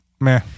Meh